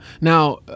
Now